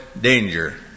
danger